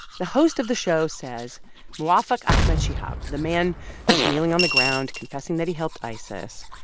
the host of the show says mowafaq ahmad shihab, the man who's kneeling on the ground confessing that he helped isis,